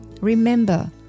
Remember